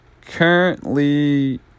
currently